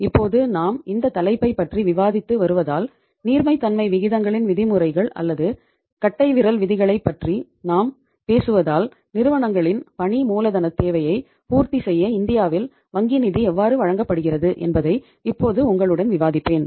இப்போது நாம் இந்த தலைப்பைப் பற்றி விவாதித்து வருவதால் நீர்மைத்தமை விகிதங்களின் விதிமுறைகள் அல்லது கட்டைவிரல் விதிகளைப் பற்றி நாம் பேசுவதால் நிறுவனங்களின் பணி மூலதனத் தேவையை பூர்த்தி செய்ய இந்தியாவில் வங்கி நிதி எவ்வாறு வழங்கப்படுகிறது என்பதை இப்போது உங்களுடன் விவாதிப்பேன்